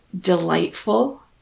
delightful